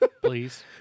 Please